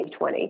2020